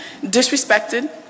disrespected